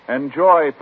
enjoy